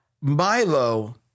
Milo